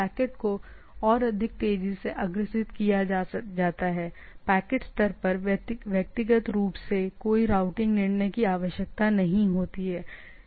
packet को और अधिक तेज़ी से अग्रेषित किया जाता है पैकेट स्तर पर व्यक्तिगत रूप से कोई रूटिंग निर्णय की आवश्यकता नहीं होती है